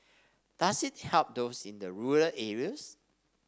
does it help those in the rural areas